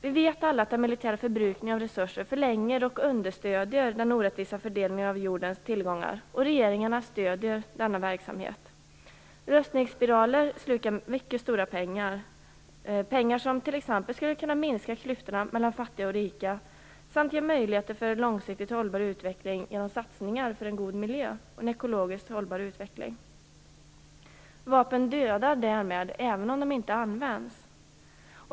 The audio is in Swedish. Vi vet alla att den militära förbrukningen av resurser förlänger och understöder den orättvisa fördelningen av jordens tillgångar, och regeringarna stöder denna verksamhet. Rustningsspiraler slukar mycket stora pengar. Dessa pengar skulle t.ex. kunna användas till att minska klyftorna mellan fattiga och rika samt ge möjligheter för en långsiktigt hållbar utveckling genom satsningar för en god miljö och en ekologiskt hållbar utveckling. Vapen dödar därmed även om de inte används.